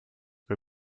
kui